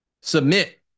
submit